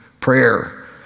prayer